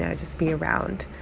and just be around.